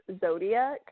Zodiac